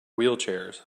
wheelchairs